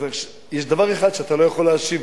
אז יש דבר אחד שאתה לא יכול להשיב,